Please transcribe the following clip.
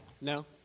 No